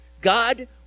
God